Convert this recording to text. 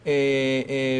אוקיי.